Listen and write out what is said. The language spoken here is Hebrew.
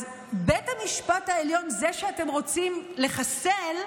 אז בית המשפט העליון, זה שאתם רוצים לחסל,